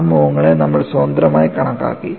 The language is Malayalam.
ആ മുഖങ്ങളെ നമ്മൾ സ്വതന്ത്രമായി കണക്കാക്കി